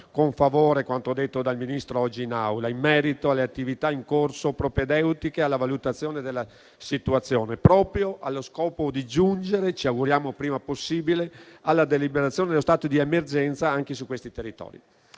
con favore quanto detto dal Ministro oggi in Aula in merito alle attività in corso propedeutiche alla valutazione della situazione, proprio allo scopo di giungere - ci auguriamo il prima possibile - alla deliberazione dello stato di emergenza anche su questi territori.